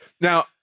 Now